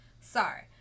Sorry